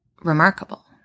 remarkable